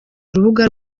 urubuga